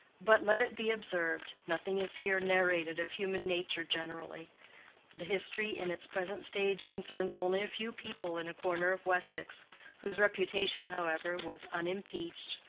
but, let it be observed, nothing is here narrated of human nature generally the history in its present stage concerns only a few people in a corner of wessex whose reputation, however, was unimpeached,